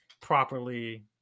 properly